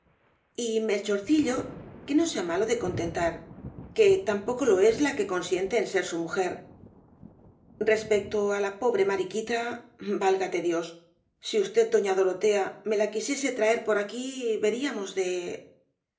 y melchorcillo que no sea malo de contentar que el caballero de las botas azules tampoco lo es la que consiente en ser su mujer respecto á la pobre mariquita válgate dios si usted doña dorotea me la quisiese traer por aquí veríamos de